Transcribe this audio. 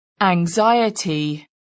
Anxiety